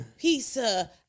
pizza